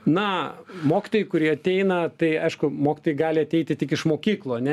na mokytojai kurie ateina tai aišku mokytojai gali ateiti tik iš mokyklų ane